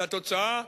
והתוצאה,